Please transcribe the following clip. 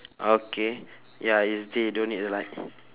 okay ya it's day don't need the light